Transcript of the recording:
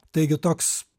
taigi toks